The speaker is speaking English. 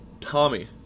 Tommy